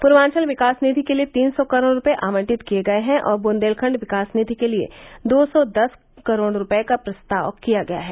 पूर्वांचल विकास निधि के लिये तीन सौ करोड़ रूपये आवंटित किये गये हैं और वुंदेलखंड विकास निधि के लिये दो सौ दस करोड़ रूपये का प्रस्ताव किया गया है